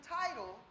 title